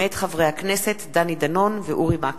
הצעתם של חברי הכנסת דני דנון ואורי מקלב.